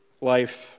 life